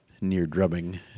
near-drubbing